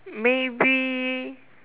maybe